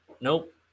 Nope